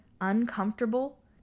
uncomfortable